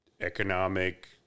economic